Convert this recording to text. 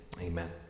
Amen